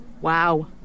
Wow